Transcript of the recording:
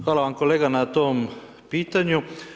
Hvala vam kolega na tom pitanju.